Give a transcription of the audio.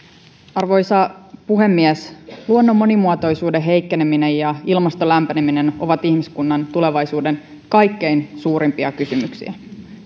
arvoisa puhemies luonnon monimuotoisuuden heikkeneminen ja ilmaston lämpeneminen ovat ihmiskunnan tulevaisuuden kaikkein suurimpia kysymyksiä